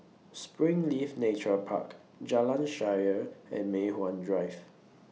Springleaf Nature Park Jalan Shaer and Mei Hwan Drive